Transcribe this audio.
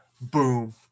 Boom